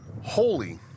holy